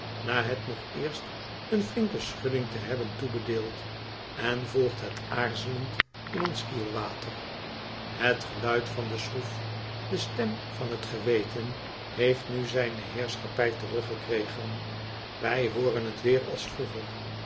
na hot nog eerst een flinke schudding te hebben toebedeeld en volgt het aarzelend in ons kiel water het geluid van de schroef de stem van het geweten heeft nu zijne heerschappij teruggekregen wij hooren net weer als vroeger